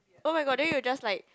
oh my god then you just like